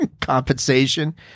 compensation